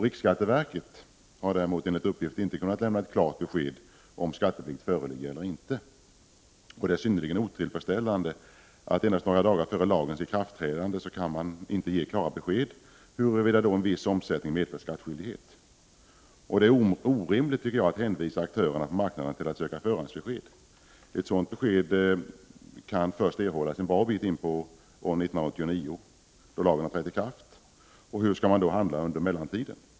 Riksskatteverket har däremot enligt uppgift inte kunnat lämna ett klart besked om skatteplikt föreligger eller inte. Det är synnerligen otillfredsställande att man endast några dagar före lagens ikraftträdande inte kan ge klara besked om huruvida en viss omsättning medför skattskyldighet. Det är orimligt att hänvisa aktörerna på marknaden att söka förhandsbesked. Ett sådant besked kan erhållas först en bra bit in på år 1989 då lagen har trätt i kraft. Hur skall människor då handla under mellantiden?